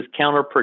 counterproductive